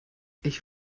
ich